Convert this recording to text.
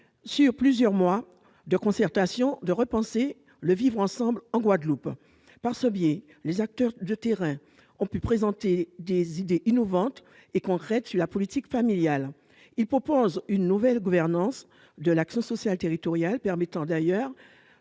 de plusieurs mois de concertation, de repenser le vivre ensemble en Guadeloupe. Par ce biais, les acteurs de terrain ont pu présenter des idées innovantes et concrètes sur la politique familiale. Ils proposent une nouvelle gouvernance de l'action sociale territoriale, permettant d'ailleurs